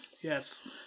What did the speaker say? Yes